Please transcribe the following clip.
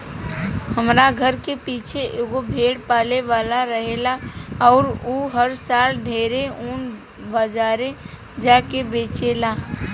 हमरा घर के पीछे एगो भेड़ पाले वाला रहेला अउर उ हर साल ढेरे ऊन बाजारे जा के बेचेला